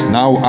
now